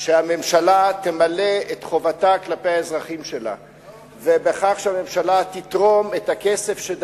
שלפיה הממשלה תמלא את חובתה כלפי האזרחים שלה בכך שתתרום את הכסף,